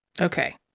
Okay